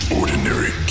ordinary